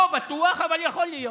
לא בטוח, אבל יכול להיות.